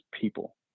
people